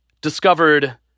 discovered